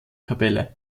kapelle